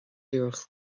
iarracht